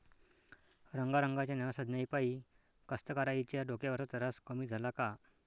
रंगारंगाच्या नव्या साधनाइपाई कास्तकाराइच्या डोक्यावरचा तरास कमी झाला का?